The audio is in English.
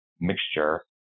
mixture